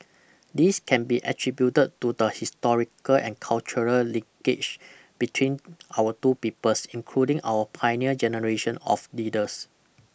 this can be attributed to the historical and cultural linkage between our two peoples including our pioneer generation of leaders